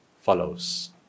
follows